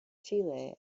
chile